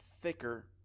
thicker